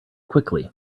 quickly